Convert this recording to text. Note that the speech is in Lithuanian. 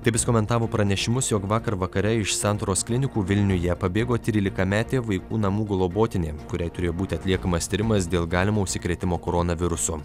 taip jis komentavo pranešimus jog vakar vakare iš santaros klinikų vilniuje pabėgo trylikametė vaikų namų globotinė kuriai turėjo būti atliekamas tyrimas dėl galimo užsikrėtimo koronavirusu